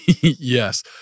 Yes